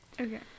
Okay